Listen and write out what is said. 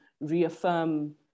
reaffirm